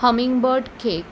hummingbird cake